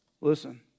Listen